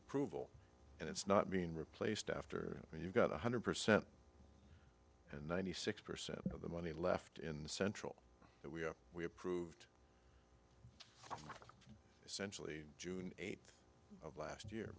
approval and it's not being replaced after you've got one hundred percent and ninety six percent of the money left in the central that we have we approved essentially june eighth of last year